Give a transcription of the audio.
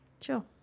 Sure